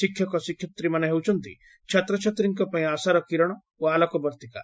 ଶିକ୍ଷକ ଶିକ୍ଷୟିତ୍ରୀମାନେ ହେଉଛନ୍ତି ଛାତ୍ରଛାତ୍ରୀଙ୍କ ପାଇଁ ଆଶାର କିରଣ ଓ ଆଲୋକ ବର୍ତ୍ତିକା